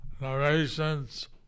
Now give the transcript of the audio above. narrations